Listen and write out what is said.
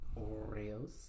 Oreos